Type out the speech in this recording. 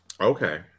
Okay